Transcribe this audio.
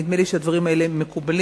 נדמה לי שהדברים האלה מקובלים.